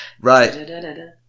Right